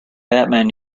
batman